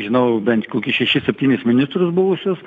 žinau bent kokis šešis septynis ministrus buvusius